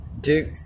Duke